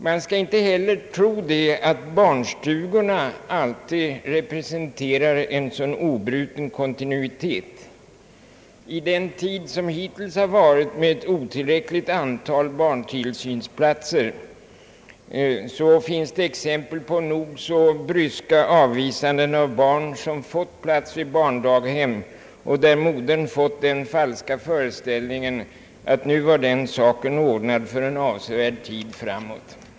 Man skall för övrigt inte tro att barnstugorna alltid representerar kontinuiteten. Under hittills rådande förhållanden med otillräckligt antal barntillsynsplatser finns det exempel på nog så bryska avvisanden av barn som fått plats vid barndaghem, så att modern bibringats den falska föreställningen att nu var barntillsynen ordnad för en avsevärd tid framåt.